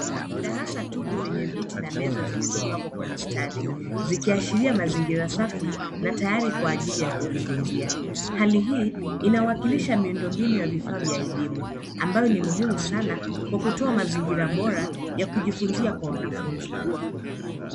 Darasa tupu lenye viti na meza zilizopangwa kwa mstari, zikiashiria mazingira safi na tayari kwa ajili ya kujifunzia. Hali hii, inawakilisha miundombinu ya vifaa vya elimu, ambayo ni muhimu sana kwa kutoa mazingira bora ya kujifunzia kwa wanafunzi.